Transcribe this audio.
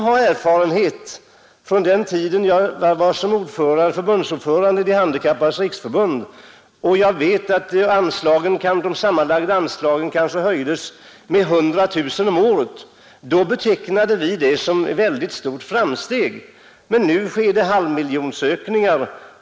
På den tiden då jag var förbundsordförande i De handikappades riksförbund och de sammanlagda anslagen kanske höjdes med 100 000 kronor om året, så betecknade vi det som ett väldigt stort framsteg. Nu sker det halvmiljonhöjningar.